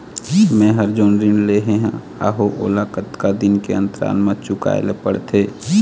मैं हर जोन ऋण लेहे हाओ ओला कतका दिन के अंतराल मा चुकाए ले पड़ते?